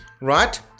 Right